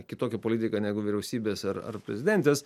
kitokią politiką negu vyriausybės ar ar prezidentės